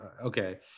okay